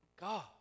God